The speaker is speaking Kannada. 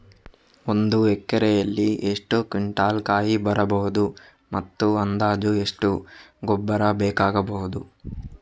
ಒಂದು ಎಕರೆಯಲ್ಲಿ ಎಷ್ಟು ಕ್ವಿಂಟಾಲ್ ಕಾಯಿ ಬರಬಹುದು ಮತ್ತು ಅಂದಾಜು ಎಷ್ಟು ಗೊಬ್ಬರ ಬೇಕಾಗಬಹುದು?